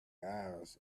owls